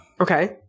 Okay